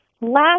Last